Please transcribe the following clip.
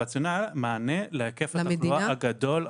הרציונל היה מענה להיקף התחלואה הגדול,